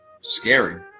scary